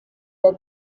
der